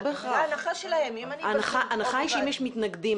ההנחה היא שאם יש מתנגדים,